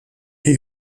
est